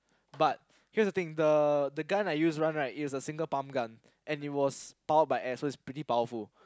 but here's the thing the the gun I use one right it's a single pump gun and it was powered by air so it's pretty powerful